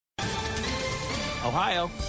Ohio